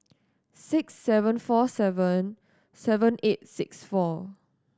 six seven four seven seven eight six four